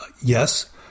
Yes